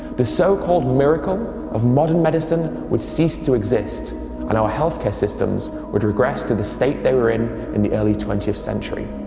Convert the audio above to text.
the so-called miracle of modern medicine would cease to exist and our healthcare systems would regress to the state they were in in the early twentieth century.